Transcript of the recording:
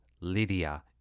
Lydia